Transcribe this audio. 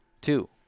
two